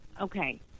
Okay